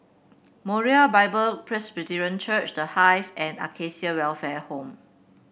Moriah Bible Presby Church The Hive and Acacia Welfare Home